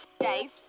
Dave